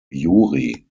yuri